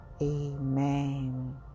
Amen